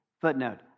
Footnote